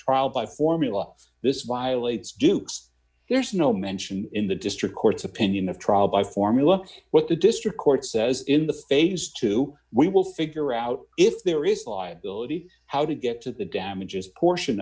trial by formula this violates dukes there's no mention in the district court's opinion of trial by formula what the district court says in the phase two we will figure out if there is liability how to get to the damages portion